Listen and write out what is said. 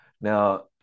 Now